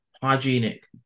hygienic